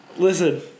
Listen